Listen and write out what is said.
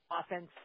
offense